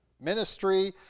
ministry